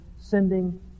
sending